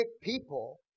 people